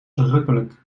verrukkelijk